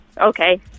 Okay